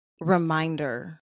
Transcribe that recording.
reminder